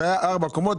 היו ארבע קומות,